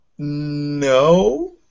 No